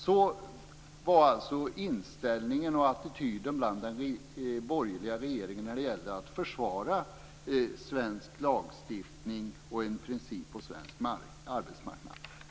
Så var inställningen och attityden hos den borgerliga regeringen när det gällde att försvara svensk lagstiftning och en princip på svensk arbetsmarknad.